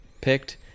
picked